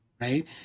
right